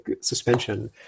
suspension